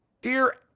Dear